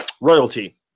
royalty